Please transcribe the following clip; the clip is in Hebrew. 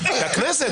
והכנסת,